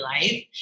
life